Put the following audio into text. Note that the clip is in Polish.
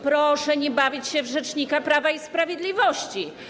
Proszę nie bawić się w rzecznika Prawa i Sprawiedliwości.